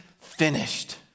finished